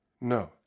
No